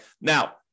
Now